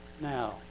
Now